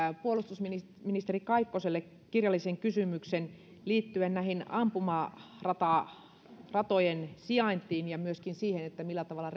puolustusministeri kaikkoselle kirjallisen kysymyksen liittyen ampumaratojen sijaintiin ja myöskin siihen millä tavalla